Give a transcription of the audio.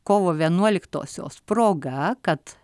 kovo vienuoliktosios proga kad